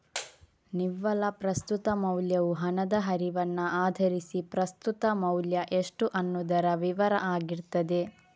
ನಿವ್ವಳ ಪ್ರಸ್ತುತ ಮೌಲ್ಯವು ಹಣದ ಹರಿವನ್ನ ಆಧರಿಸಿ ಪ್ರಸ್ತುತ ಮೌಲ್ಯ ಎಷ್ಟು ಅನ್ನುದರ ವಿವರ ಆಗಿರ್ತದೆ